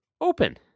open